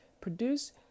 produce